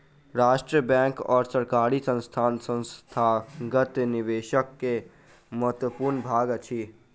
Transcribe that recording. राष्ट्रीय बैंक और सरकारी संस्थान संस्थागत निवेशक के महत्वपूर्ण भाग अछि